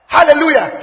Hallelujah